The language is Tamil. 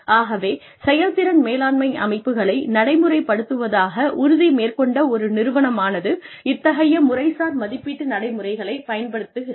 ஆகவே செயல்திறன் மேலாண்மை அமைப்புகளை நடைமுறைப்படுத்துவதாக உறுதி மேற்கொண்ட ஒரு நிறுவனமானது இத்தகைய முறைசார் மதிப்பீட்டு நடைமுறைகளைப் பயன்படுத்துகிறது